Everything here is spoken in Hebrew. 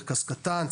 מרכז קטן,